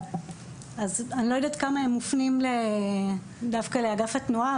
אז אני לא יודעת כמה הם מופנים דווקא לאגף התנועה,